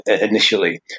initially